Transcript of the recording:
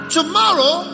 Tomorrow